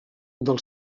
del